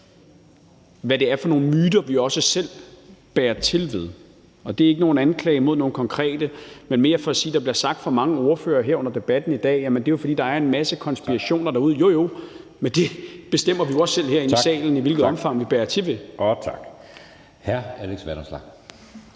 hvad det er for nogle myter, vi også selv er med til at bære frem. Det ikke nogen anklage mod nogen konkrete personer, men mere for at sige, at det bliver sagt fra mange ordførere her under debatten i dag, at der er en masse konspirationer derude. Jo, men vi bestemmer jo også selv herinde i salen, i hvilket omfang vi bærer ved til bålet.